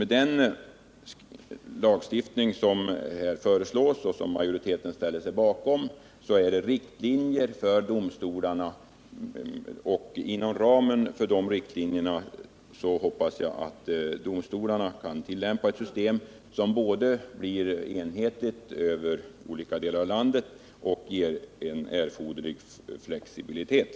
Den lagstiftning som här föreslås och som majoriteten ställer sig bakom har formen av riktlinjer för domstolarna. Inom ramen för dessa riktlinjer hoppas 31 jag att domstolarna kan tillämpa ett system, som både blir enhetligt över olika delar av landet och ger en erforderlig flexibilitet.